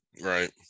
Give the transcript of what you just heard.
Right